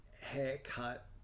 haircut